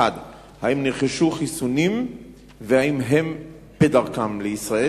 1. האם נרכשו חיסונים והאם הם בדרכם לישראל?